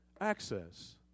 access